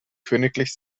königlich